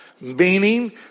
meaning